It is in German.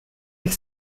ich